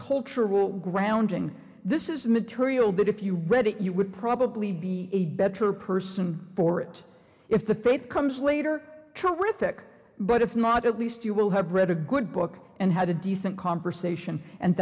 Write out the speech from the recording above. cultural grounding this is material that if you read it you would probably be a better person for it if the faith comes later traumatic but if not at least you will have read a good book and had a decent conversation and